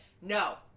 no